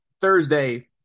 Thursday